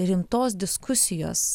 rimtos diskusijos